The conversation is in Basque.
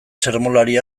sermolari